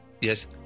Yes